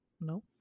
no